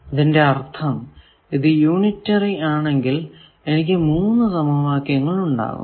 അതിന്റെ അർഥം ഇത് യൂണിറ്ററി ആണെങ്കിൽ എനിക്ക് 3 സമവാക്യങ്ങൾ ഉണ്ടാകും